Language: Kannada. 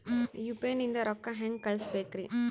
ಯು.ಪಿ.ಐ ನಿಂದ ರೊಕ್ಕ ಹೆಂಗ ಕಳಸಬೇಕ್ರಿ?